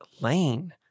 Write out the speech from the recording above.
Lane